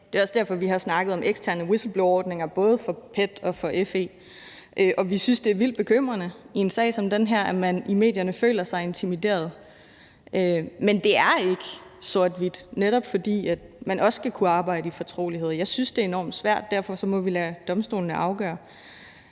Det er også derfor, vi har snakket om eksterne whistleblowerordninger, både for PET og for FE. Vi synes, det er vildt bekymrende i en sag som den her, at man i medierne føler sig intimideret, men det er ikke sort-hvidt, netop fordi man også skal kunne arbejde i fortrolighed. Jeg synes, det er enormt svært, og derfor må vi lade domstolene afgøre,